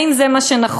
האם זה מה שנכון?